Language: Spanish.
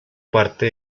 parte